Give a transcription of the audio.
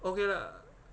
okay lah